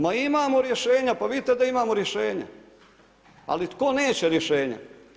Ma imamo rješenja pa vidite da imamo rješenja, ali tko neće rješenja?